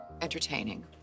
entertaining